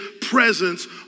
presence